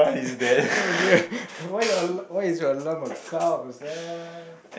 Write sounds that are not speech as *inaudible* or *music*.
*laughs* what is it *laughs* why your al~ why is your alarm a cow sia